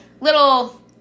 little